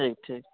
ठीक ठीक